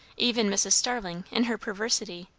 even mrs. starling in her perversity,